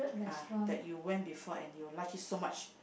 ah that you went before and you like it so much